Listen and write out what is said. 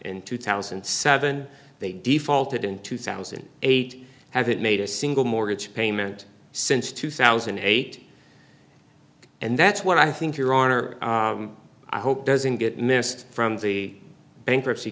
in two thousand and seven they defaulted in two thousand eight haven't made a single mortgage payment since two thousand and eight and that's what i think your honor i hope doesn't get missed from the bankruptcy